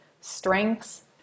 strengths